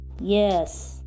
yes